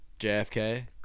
JFK